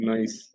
Nice